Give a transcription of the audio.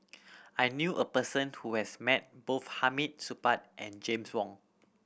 I knew a person who has met both Hamid Supaat and James Wong